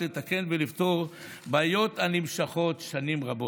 לתקן ולפתור בעיות הנמשכות שנים רבות.